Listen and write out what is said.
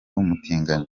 umutinganyi